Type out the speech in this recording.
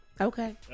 Okay